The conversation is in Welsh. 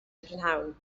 prynhawn